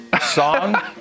Song